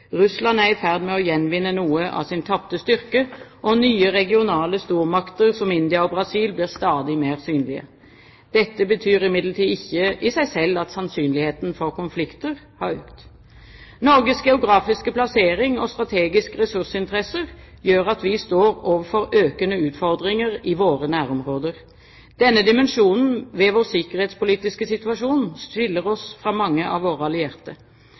Russland er i ferd med å gjenvinne noe av sin tapte styrke, og nye regionale stormakter, som India og Brasil, blir stadig mer synlige. Dette betyr imidlertid ikke i seg selv at sannsynligheten for konflikter har økt. Norges geografiske plassering og strategiske ressursinteresser gjør at vi står overfor økende utfordringer i våre nærområder. Denne dimensjonen ved vår sikkerhetspolitiske situasjon skiller oss fra mange av våre allierte.